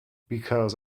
because